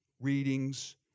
readings